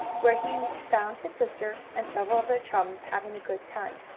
where he found his sister and several of their chums having a good time.